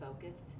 focused